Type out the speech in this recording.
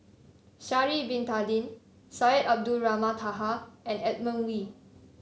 Sha'ari Bin Tadin Syed Abdulrahman Taha and Edmund Wee